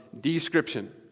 description